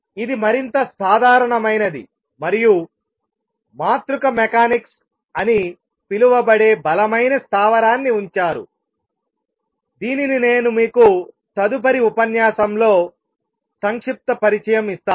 ఇది మరింత సాధారణమైనది మరియు మాతృక మెకానిక్స్ అని పిలువబడే బలమైన స్థావరాన్ని ఉంచారు దీనిని నేను మీకు తదుపరి ఉపన్యాసంలో సంక్షిప్త పరిచయం ఇస్తాను